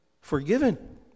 forgiven